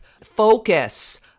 focus